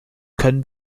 können